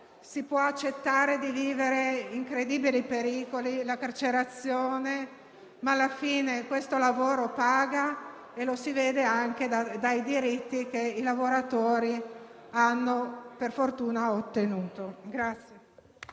si può accettare di vivere incredibili pericoli e anche la carcerazione; alla fine questo lavoro paga, come si vede anche dai diritti che i lavoratori hanno per fortuna ottenuto.